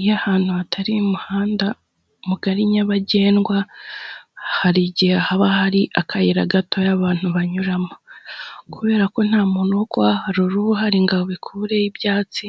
Iyo ahantu hatari umuhanda mugari nyabagendwa hari igihe haba hari akayira gatoya abantu banyuramo, kubera ko nta muntu wo kuhaharura uba uhari ngo abikureho ibyatsi,